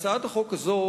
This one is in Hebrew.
הצעת החוק הזאת,